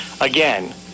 again